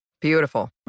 Beautiful